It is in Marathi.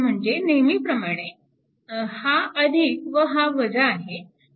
म्हणजे नेहमीप्रमाणे हा व हा आहे